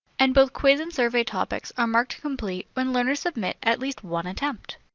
and, both quiz and survey topics are marked complete when learners submit at least one attempt.